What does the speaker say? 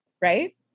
right